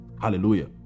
hallelujah